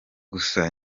gusa